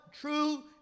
true